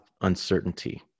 uncertainty